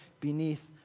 beneath